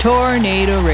Tornado